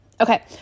Okay